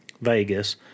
Vegas